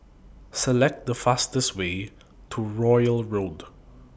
Select The fastest Way to Royal Road